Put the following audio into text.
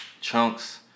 Chunks